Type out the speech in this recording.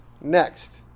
Next